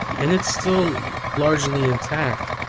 and it's still largely intact,